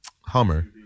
Hummer